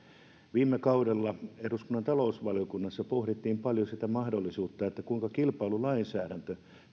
viime kaudella eduskunnan talousvaliokunnassa pohdittiin paljon sitä mahdollisuutta että onko se kilpailulainsäädännön